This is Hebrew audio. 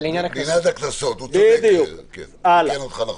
זה לעניין הקנסות, הוא תיקן אותך נכון.